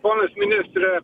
ponas ministre